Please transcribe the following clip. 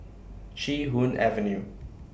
Chee Hoon Avenue